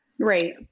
Right